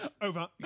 Over